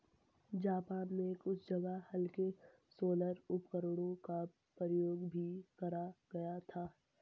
Japan में कुछ जगह हल्के सोलर उपकरणों का प्रयोग भी करा गया था